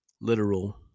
literal